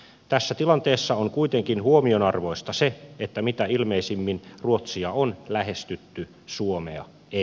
tässä tilanteessa on kuitenkin huomionarvoista se että mitä ilmeisimmin ruotsia on lähestytty suomea ei